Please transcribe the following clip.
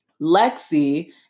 Lexi